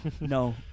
No